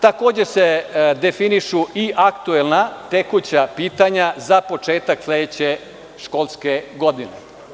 Definišu se i aktuelna tekuća pitanja za početak sledeće školske godine.